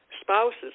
spouses